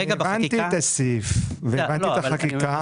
הבנתי את הסעיף והבנתי את החקיקה.